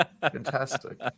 fantastic